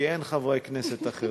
כי אין חברי כנסת אחרים,